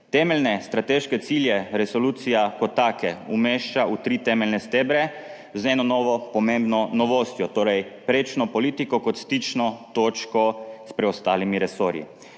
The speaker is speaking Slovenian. Temeljne strateške cilje resolucija kot take umešča v tri temeljne stebre z eno novo pomembno novostjo, torej prečno politiko kot stično točko s preostalimi resorji.